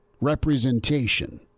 representation